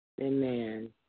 Amen